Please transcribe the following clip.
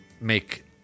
make